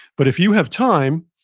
but, if you have time,